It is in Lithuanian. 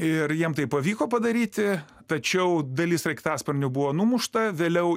ir jiem tai pavyko padaryti tačiau dalis sraigtasparnių buvo numušta vėliau